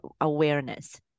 awareness